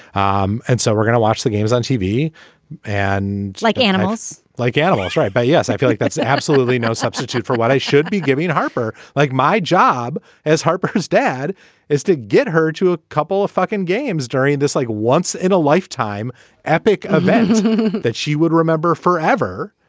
um and so we're gonna watch the games on tv and like animals like animals right. but yes. i feel like that's absolutely no substitute for what i should be giving harper. like my job as harper's dad is to get her to a couple of fucking games during this like once in a lifetime epic event that she would remember forever.